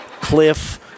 Cliff